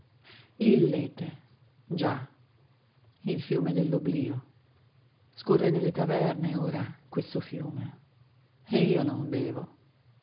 il lete già il fiume dell'oblìo scorre nelle taverne ora questo fiume e io non bevo